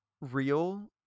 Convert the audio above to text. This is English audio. real